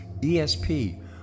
ESP